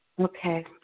Okay